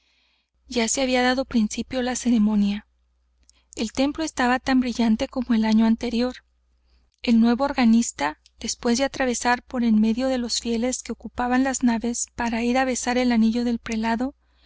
ya se había dado principio á la ceremonia el templo estaba tan brillante como el año anterior el nuevo organista después de atravesar por en medio de los fieles que ocupaban las naves para ir á besar el anillo del prelado